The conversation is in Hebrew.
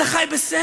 אתה חי בסרט,